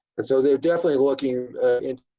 and so they're definitely looking into